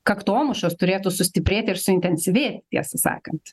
kaktomušos turėtų sustiprėt ir suintensyvėt tiesą sakant